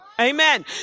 Amen